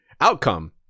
outcome